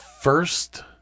first